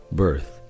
birth